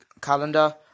calendar